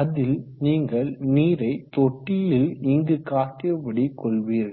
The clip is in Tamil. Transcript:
அதில் நீங்கள் நீரை தொட்டியில் இங்கு காட்டியபடி கொள்வீர்கள்